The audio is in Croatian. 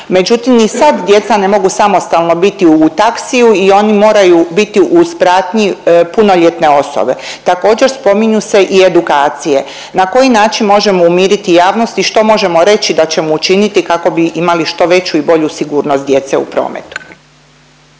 Međutim, i sad djeca ne mogu samostalno biti u taksiju i oni moraju biti u pratnji punoljetne osobe. Također spominju se i edukacije, na koji način možemo umiriti javnost i što možemo reći da ćemo učiniti kako bi imali što veću i bolju sigurnost djece u prometu?